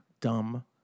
dumb